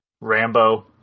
Rambo